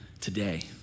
today